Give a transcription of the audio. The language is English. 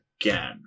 again